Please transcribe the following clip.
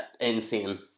insane